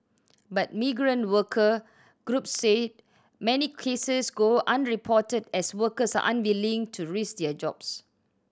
but migrant worker groups said many cases go unreported as workers are unwilling to risk their jobs